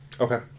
Okay